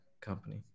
company